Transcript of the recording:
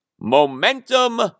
Momentum